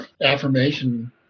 affirmation